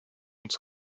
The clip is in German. uns